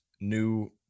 new